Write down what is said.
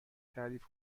تعریف